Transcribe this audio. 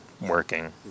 working